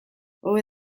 hobe